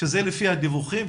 שזה לפי הדיווחים.